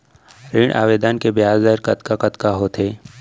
ऋण आवेदन के ब्याज दर कतका कतका होथे?